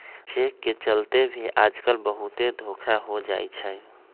cheque के चलते भी आजकल बहुते धोखा हो जाई छई